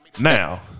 Now